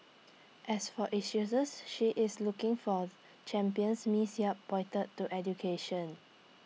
as for issues she is looking for champions miss yap pointed to education